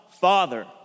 Father